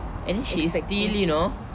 and then she still you know